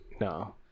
no